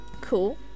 Cool